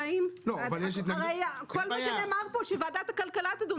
כל הזמן נאמר כאן שוועדת הכלכלה תדון.